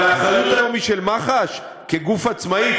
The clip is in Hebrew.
אבל האחריות היום היא של מח"ש כגוף עצמאי,